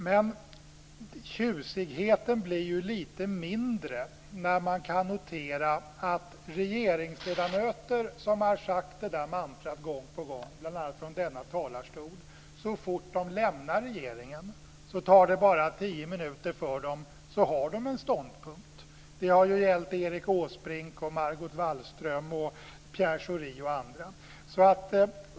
Men tjusigheten blir lite mindre när man kan notera att regeringsledamöter som gång på gång har upprepat detta mantra, bl.a. från denna talarstol, när de lämnar regeringen har en ståndpunkt efter bara tio minuter. Det har gällt för Erik Åsbrink, Margot Wallström, Pierre Schori och andra.